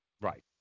Right